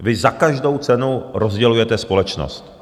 Vy za každou cenu rozdělujete společnost.